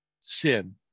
sin